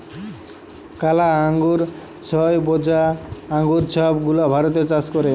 কালা আঙ্গুর, ছইবজা আঙ্গুর ছব গুলা ভারতে চাষ ক্যরে